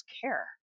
care